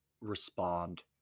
respond